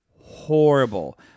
horrible